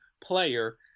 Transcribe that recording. player